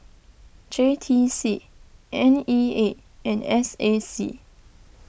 J T C N E A and S A C